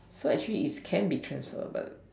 so actually it can be transferred but